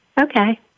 Okay